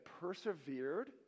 persevered